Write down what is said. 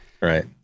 right